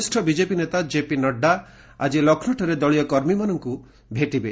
ବରିଷ୍ଣ ବିଜେପି ନେତା ଜେପି ନଡ୍ରା ଆଜି ଲକ୍ଷ୍ମୌଠାରେ ଦଳୀୟ କର୍ମୀମାନଙ୍କୁ ଭେଟିବେ